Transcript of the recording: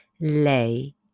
lei